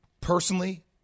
personally